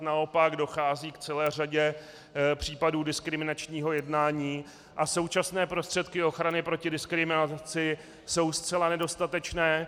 Naopak dochází k celé řadě případů diskriminačního jednání a současné prostředky ochrany proti diskriminaci jsou zcela nedostatečné.